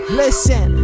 listen